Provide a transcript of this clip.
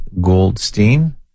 Goldstein